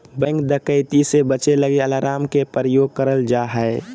bank डकैती से बचे लगी अलार्म के प्रयोग करल जा हय